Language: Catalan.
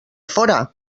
fóra